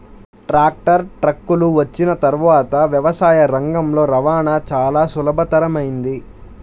tractor, ట్రక్కులు వచ్చిన తర్వాత వ్యవసాయ రంగంలో రవాణా చాల సులభతరమైంది